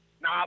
No